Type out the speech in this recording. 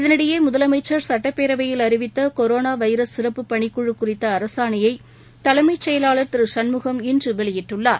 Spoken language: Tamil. இதனிடையே முதலமச்சர் சட்டப்பேரவையில் அறிவித்த கொரோனா வைரஸ் சிறப்பு பணிக்குழு குறித்த அரசாணையை தலைமை செயலாளர் திரு சண்முகம் இன்று வெளியிட்டுள்ளார்